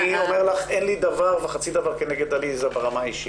אני אומר לך שאין לי דבר וחצי דבר נגדה ברמה האישית.